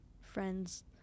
friends